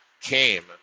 came